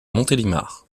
montélimar